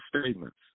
statements